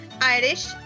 Irish